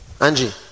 angie